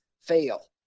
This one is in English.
fail